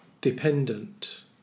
dependent